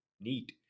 neat